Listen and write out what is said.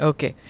Okay